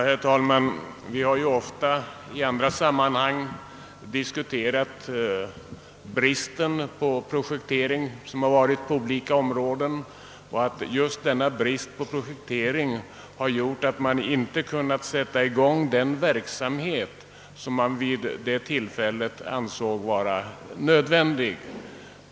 Herr talman! Vi har ju ofta i andra sammanhang diskuterat den brist på projektering inom olika områden som har gjort att man inte har kunnat sätta i gång den verksamhet som vid olika tillfällen har ansetts vara nödvändig.